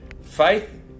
Faith